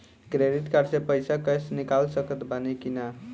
Credit card से पईसा cash निकाल सकत बानी की ना?